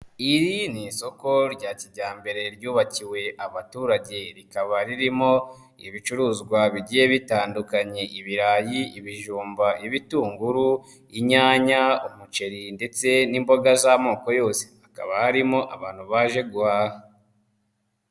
Iri ni isoko rya kijyambere ryubakiwe abaturage rikaba ririmo ibicuruzwa bigiye bitandukanye; ibirayi, ibijumba, ibitunguru, inyanya, umuceri ndetse n'imboga z'amoko yose, hakaba harimo abantu baje guhaha.